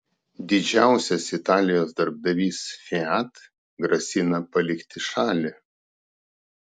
didžiausias italijos darbdavys fiat grasina palikti šalį